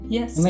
Yes